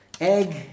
egg